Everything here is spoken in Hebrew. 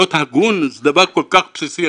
בי"ת, להיות הגון, זה דבר כל כך בסיסי.